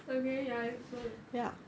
okay ya so